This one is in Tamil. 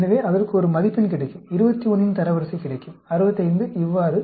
எனவே அதற்கு ஒரு மதிப்பெண் கிடைக்கும் 21 இன் தரவரிசை கிடைக்கும் 65 இவ்வாறு